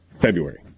February